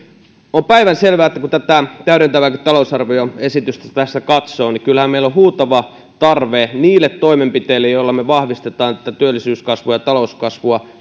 on päivänselvää kun tätä täydentävääkin talousarvioesitystä tässä katsoo että kyllähän meillä on huutava tarve niille toimenpiteille joilla me vahvistamme työllisyyskasvua ja ja talouskasvua